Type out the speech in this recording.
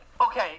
okay